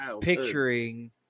picturing